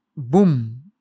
boom